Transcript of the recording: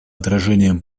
отражением